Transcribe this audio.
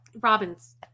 robin's